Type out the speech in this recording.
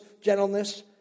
gentleness